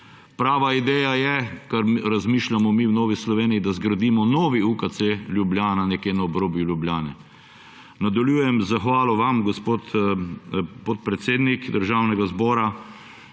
Prava ideja je, kar razmišljamo mi v Novi Sloveniji, da zgradimo novi UKC Ljubljana nekje na obrobju Ljubljane. Nadaljujem z zahvalo vam, gospod podpredsednik Državnega zbora,